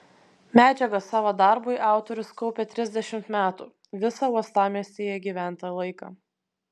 medžiagą savo darbui autorius kaupė trisdešimt metų visą uostamiestyje gyventą laiką